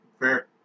Fair